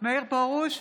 מאיר פרוש,